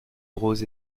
roses